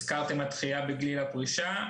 הזכרתם את הדחייה בגיל הפרישה.